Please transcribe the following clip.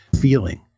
feeling